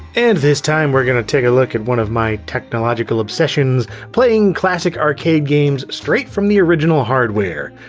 and this time we're gonna take a look at one of my technological obsessions playing classic arcade games straight from the original hardware.